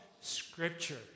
Scripture